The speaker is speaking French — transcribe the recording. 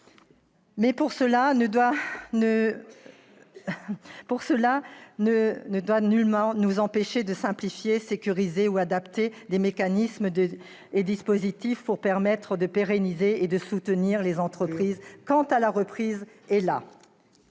ne doit cependant nullement nous empêcher de simplifier, de sécuriser ou d'adapter des mécanismes et des dispositifs qui permettent de pérenniser et de soutenir les entreprises quand la reprise est là.